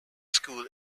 school